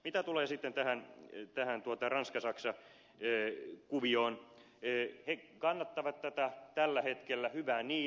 mitä tulee sitten tähän ranskasaksa kuvioon he kannattavat tätä tällä hetkellä hyvä niin